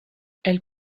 elle